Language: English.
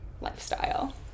lifestyle